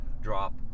drop